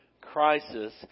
crisis